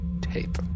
tape